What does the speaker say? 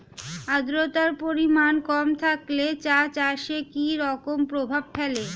আদ্রতার পরিমাণ কম থাকলে চা চাষে কি রকম প্রভাব ফেলে?